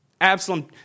Absalom